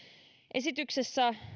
esityksessä